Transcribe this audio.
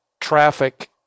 traffic